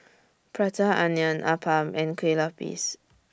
Prata Onion Appam and Kue Lupis